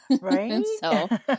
right